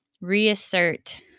reassert